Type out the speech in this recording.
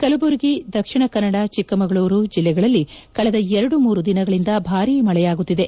ಕಲಬುರಗಿ ದಕ್ಷಿಣ ಕನ್ನಡ ಚಿಕ್ಕಮಗಳೂರು ಜಿಲ್ಲೆಗಳಲ್ಲಿ ಕಳೆದ ಎರಡು ಮೂರು ದಿನಗಳಿಂದ ಭಾರೀ ಮಳೆಯಾಗುತ್ತಿದೆ